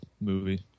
movie